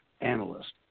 analyst